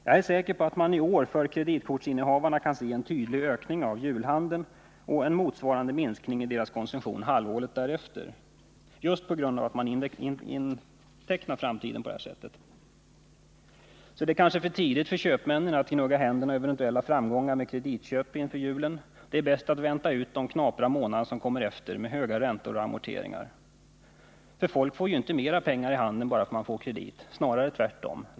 Jag är säker på att man i år bland kreditkortsinnehavarna kan se en tydlig ökning av julhandeln och en motsvarande minskning av deras konsumtion halvåret därefter just på grund av att man intecknat framtiden på det här sättet. Folk får ju inte mera pengar i handen bara för att man har kredit, snarare tvärtom.